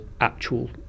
actual